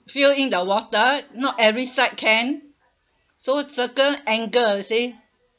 feel in the water not every side can so certain angle you see